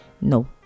no